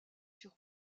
sur